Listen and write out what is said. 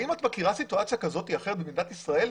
האם את מכירה סיטואציה כזאת או אחרת במדינת ישראל?